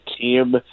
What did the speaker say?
team